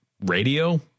radio